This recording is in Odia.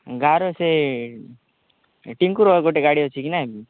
ଗାଁ'ର ସେ ଟିଙ୍କୁର ଗୋଟେ ଗାଡ଼ି ଅଛି କି ନାଇ